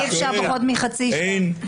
אי אפשר פחות מחצי שעה.